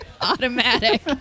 automatic